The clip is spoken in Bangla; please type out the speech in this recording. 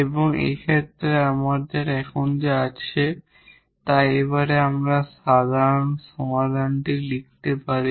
এবং এই ক্ষেত্রে আমাদের এখন যা আছে এইভাবে আমরা সাধারণ সমাধানটি লিখতে পারি